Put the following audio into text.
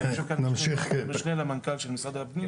יושב כאן משנה המנכ"ל של משרד הפנים,